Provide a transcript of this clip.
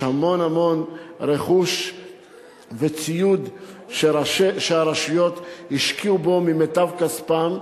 יש המון-המון רכוש וציוד שהרשויות השקיעו בו ממיטב כספן,